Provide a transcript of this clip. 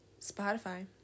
Spotify